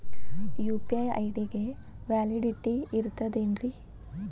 UPI ID ಗೆ validity ಇರತದ ಏನ್ರಿ?